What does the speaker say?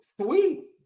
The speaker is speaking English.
sweet